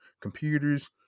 computers